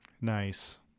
Nice